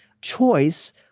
choice